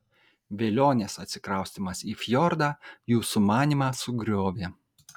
velionės atsikraustymas į fjordą jų sumanymą sugriovė